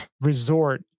resort